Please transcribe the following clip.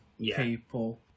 people